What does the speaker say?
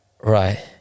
Right